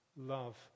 Love